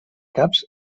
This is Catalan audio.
caps